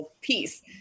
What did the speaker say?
piece